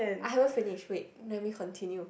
I haven't finished wait let me continue